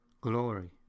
glory